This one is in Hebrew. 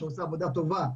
שעושה עבודה טובה,